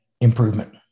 improvement